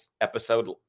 episode